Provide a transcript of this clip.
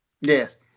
Yes